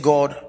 God